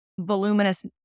voluminous